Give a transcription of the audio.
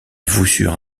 voussure